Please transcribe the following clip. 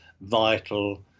vital